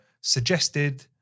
suggested